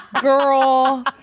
Girl